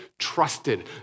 trusted